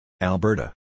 Alberta